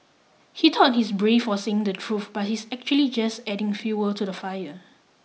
he thought he's brave for saying the truth but he's actually just adding fuel to the fire